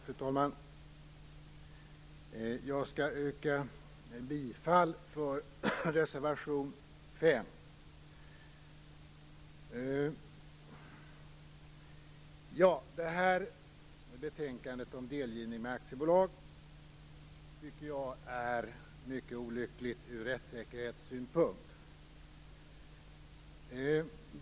Fru talman! Jag vill yrka bifall till reservation 5. Det här betänkandet om delgivning med aktiebolag tycker jag är mycket olyckligt ur rättssäkerhetssynpunkt.